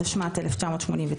התשמ"ט-1989